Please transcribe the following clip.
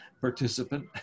participant